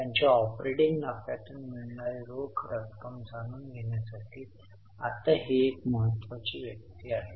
त्यांच्या ऑपरेटिंग नफ्यातून मिळणारी रोख रक्कम जाणून घेण्यासाठी आता ही एक महत्त्वाची व्यक्ती आहे